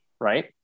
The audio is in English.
Right